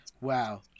wow